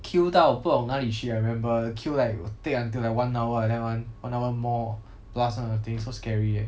queue 到不懂哪里去 I remember the queue like will take until like one hour like that one one hour more plus kind of thing so scary eh